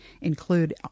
include